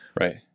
Right